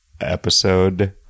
episode